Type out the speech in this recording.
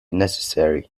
necessary